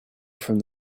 from